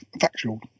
factual